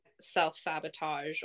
self-sabotage